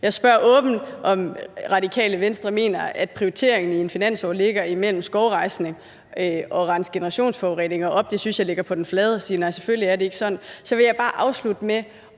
Jeg spørger åbent, om Radikale Venstre mener, at prioriteringen i en finanslov ligger imellem skovrejsning og det at rense generationsforureninger op. Jeg synes, det ligger på den flade at sige, at det selvfølgelig ikke er sådan. Så vil jeg bare afslutte med